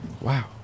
wow